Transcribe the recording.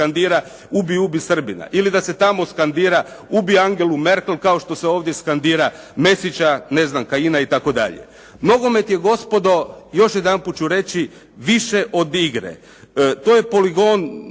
“ubi, ubi Srbina“.